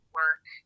work